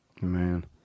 man